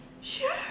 sure